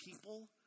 people